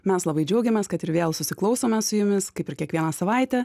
mes labai džiaugiamės kad ir vėl susiklausome su jumis kaip ir kiekvieną savaitę